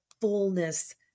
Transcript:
fullness